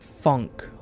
funk